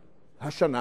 השנה,